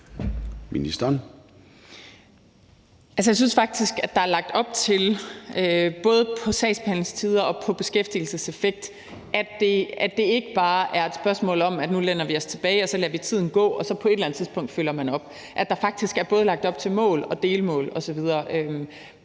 Jeg synes faktisk, at der både i forhold til sagsbehandlingstider og beskæftigelseseffekt er lagt op til, at det ikke bare er et spørgsmål om, at nu læner vi os tilbage, og så lader vi tiden gå, og så på et eller andet tidspunkt følger man op. Der er faktisk lagt op til både mål og delmål osv.